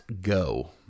go